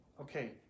okay